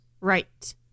Right